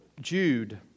Jude